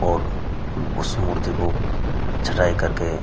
और उस मूर्ति को छँटाई करके